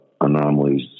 anomalies